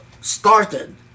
started